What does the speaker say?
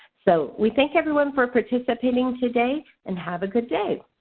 so we thank everyone for participating today and have a good day.